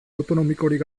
autonomikorik